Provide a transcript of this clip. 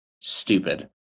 stupid